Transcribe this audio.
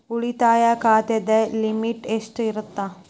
ಉಳಿತಾಯ ಖಾತೆದ ಲಿಮಿಟ್ ಎಷ್ಟ ಇರತ್ತ?